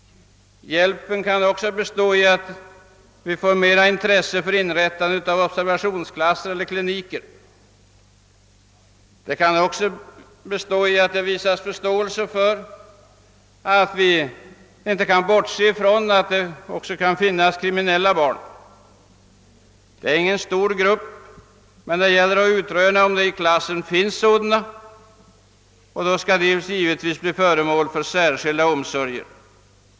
Lärarna kan också hjälpas genom att det inrättas observationsklasser eller kliniker. Dessutom kan det visas större förståelse för att det finns kriminella barn. Den gruppen är inte stor, men den finns. Det gäller att utröna om det i klassen finns sådana och — i så fall — låta dem bli föremål för särskilda omsorger.